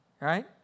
right